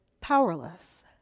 powerless